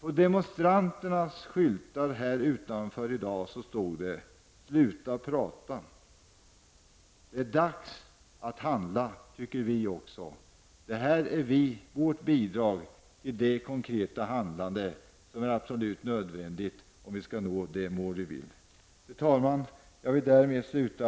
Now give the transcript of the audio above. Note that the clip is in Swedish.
På demonstranternas skyltar här utanför i dag står det: Sluta prata! Det är dags att handla. Också vi tycker att det är dags att handla. Det här är vårt bidrag till det konkreta handlande som är absolut nödvändigt om vi skall nå vårt mål. Fru talman! Jag vill avsluta